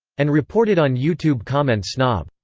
and reported on youtube comment snob,